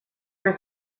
her